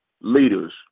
leaders